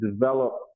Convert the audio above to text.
develop